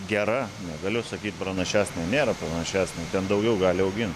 gera negaliu sakyt pranašesnė nėra panašesnė ten daugiau gali augint